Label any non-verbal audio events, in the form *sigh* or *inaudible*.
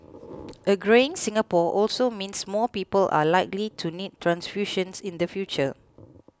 *noise* a greying Singapore also means more people are likely to need transfusions in the future